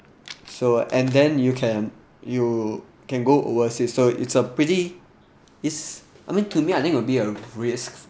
so and then you can you can go overseas so it's a pretty is I mean to me I think it'll be a risk